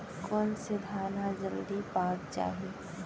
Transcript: कोन से धान ह जलदी पाक जाही?